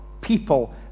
people